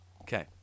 Okay